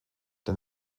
der